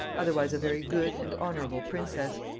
otherwise a very good and honorable princess.